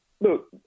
Look